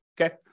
Okay